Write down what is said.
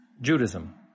Judaism